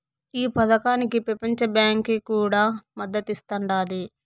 ఈ పదకానికి పెపంచ బాంకీ కూడా మద్దతిస్తాండాది